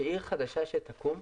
חדשה שתקום,